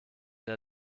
der